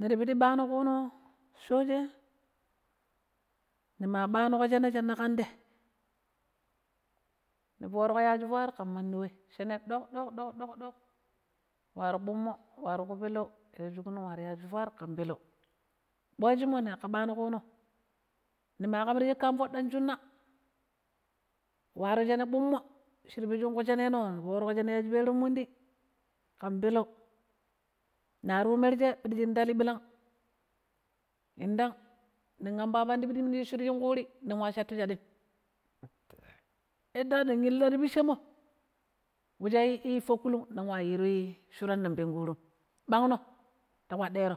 Nitipiɗi ɓaanu ƙo ƙuno shoshe nema ɓaanuƙo shene shine ƙan te ni fooruƙo shene yaji fwat ƙan mandi wei, shene ɗoƙ-ɗok ɗoƙ-ɗok waro gbummo, waro ƙupeleu, yashikunung, waro yashi fwat ƙan peleu, ɓajimo naƙa bano ƙuno nima kam ta shaƙƙi an fuɗɗan shunnạ waro shene gbummo shir pishun ƙu shene no ni furuko shene yashi pattiranmundi ƙan peleu nari yu mirje piɗi shin tali birangm yindang nin ambo ya pandi shi minu shurin ƙuuri ning wa shatu shaɗim yadda nin ƙina ti peshemo wu sha foƙƙulung nin wayiru shuran nin pinkuttum ɓangno ta ƙpadero,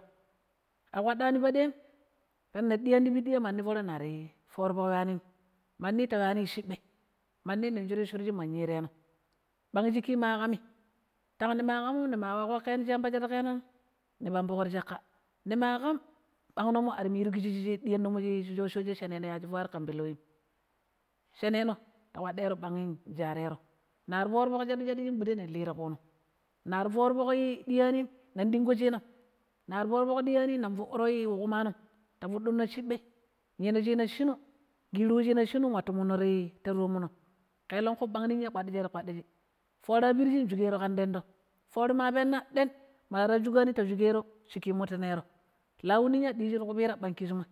akpaɗani paɗoim peneng nir diyani ti piɗiya piɗi foroi nari ywanim mandi ta ywani shuɓai mandi nda shurani shurji mu yireno bangshiki makami tang nima ƙamum nima ƙoƙƙeno shi yamba shadiƙno ni panbuko ti caƙƙa, nima ƙam ɓangno mo armiru kiji shi ɗiyannomo shi shosheje shi shenono yaji fwat kan peleuwim sheneno ta kpaɗero bang'i ta sharero nari fooro foƙ shadu shaɗu shaɗi shin gbude nin li to ƙunom, nari fooro ƙoƙ diyani nin dingko shinam, nari fooro foƙ diyani nin fuɗuro wu kumanom ta fuɗunno shiɓai yino shina shinu nkiru wushina shinu nwatu munno ta toomno ƙlengƙu ɓang ninya kpaɗijero kpaɗiji foori apirji njukero ƙan ɓangrom foori ma pinna ɗen tara shuƙani shuki mutti nero launinya diji tuku piira pang kijimoi.